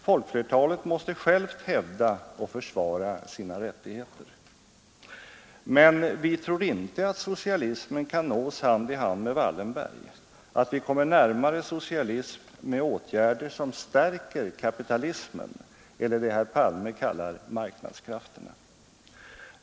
Folkflertalet måste självt hävda och försvara sina rättigheter. Men vi tror inte att socialismen kan nås hand i hand med Wallenberg och att vi kommer närmare socialism med åtgärder som stärker kapitalismen eller det herr Palme kallar marknadskrafterna.